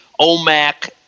OMAC